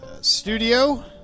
Studio